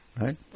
Right